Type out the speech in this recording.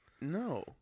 No